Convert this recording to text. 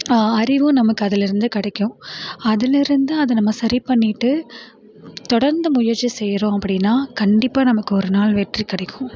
அறிவும் நமக்கு அதுலேருந்து கிடைக்கும் அதுலேருந்து அத நம்ம சரி பண்ணிட்டு தொடர்ந்து முயற்சி செய்கிறோம் அப்படின்னா கண்டிப்பாக நமக்கு ஒரு நாள் வெற்றி கிடைக்கும்